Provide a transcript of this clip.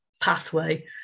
pathway